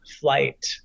flight